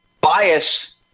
bias